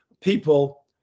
people